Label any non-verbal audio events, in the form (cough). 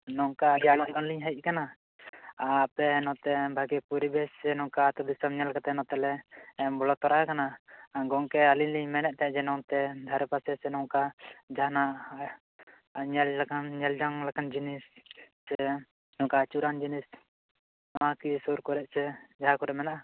ᱱᱚᱝᱠᱟ (unintelligible) ᱞᱤᱧ ᱦᱮᱡ ᱟᱠᱟᱱᱟ ᱟᱯᱮ ᱱᱚᱛᱮ ᱵᱷᱟᱜᱤ ᱯᱚᱨᱤᱵᱮᱥ ᱥᱮ ᱱᱚᱝᱠᱟ ᱟᱹᱛᱩ ᱫᱤᱥᱚᱢ ᱧᱮᱞ ᱠᱟᱛᱮ ᱱᱚᱛᱮ ᱞᱮ ᱵᱚᱞᱚ ᱛᱚᱨᱟ ᱟᱠᱟᱱᱟ ᱜᱚᱝᱠᱮ ᱟᱞᱤᱧ ᱞᱤᱧ ᱢᱮᱱᱮᱫ ᱛᱟᱦᱮᱸ ᱡᱮ ᱱᱚᱱᱛᱮ ᱫᱷᱟᱨᱮ ᱯᱟᱥᱮ ᱥᱮ ᱱᱚᱝᱠᱟ ᱡᱟᱦᱟᱸᱱᱟᱜ ᱧᱮᱞ ᱞᱮᱠᱟᱱ ᱧᱮᱞ ᱡᱚᱝ ᱞᱮᱠᱟᱱ ᱡᱤᱱᱤᱥ ᱪᱮ ᱱᱚᱝᱠᱟ ᱟᱪᱩᱨᱟᱱ ᱡᱤᱱᱤᱥ ᱱᱚᱣᱟ ᱠᱤ ᱥᱩᱨ ᱠᱚᱨᱮ ᱪᱮ ᱡᱟᱦᱟᱸ ᱠᱚᱨᱮ ᱢᱮᱱᱟᱜᱼᱟ